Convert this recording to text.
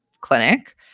clinic